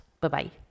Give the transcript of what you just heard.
Bye-bye